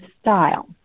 style